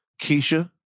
Keisha